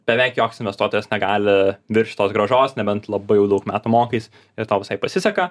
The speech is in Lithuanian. beveik joks investuotojas negali viršyt tos grąžos nebent labai jau daug metų mokais ir tau visai pasiseka